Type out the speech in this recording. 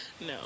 No